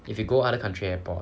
if you go other country airport